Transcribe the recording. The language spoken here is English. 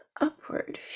upward